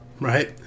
right